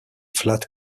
flat